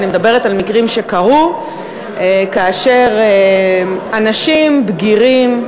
ואני מדברת על מקרים שקרו כאשר אנשים בגירים,